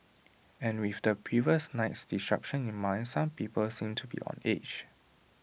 and with the previous night's disruption in mind some people seemed to be on edge